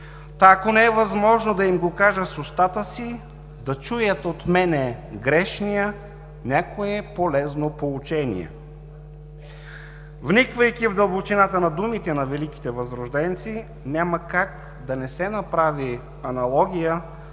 Та ако не е възможно да им го кажа с устата си, да чуят от мене, грешния, някое полезно поучение.“ Вниквайки в дълбочината на думите на великите възрожденци, няма как да не се направи аналогия